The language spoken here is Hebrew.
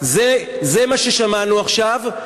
זה מה ששמענו עכשיו,